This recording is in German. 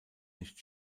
nicht